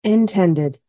Intended